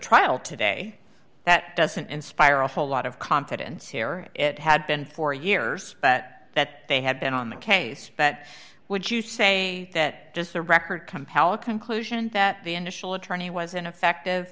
trial today that doesn't inspire a whole lot of confidence here it had been for years that they had been on the case that would you say that just the record compel a conclusion that the initial attorney was ineffective